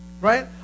right